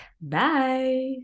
Bye